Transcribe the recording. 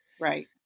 right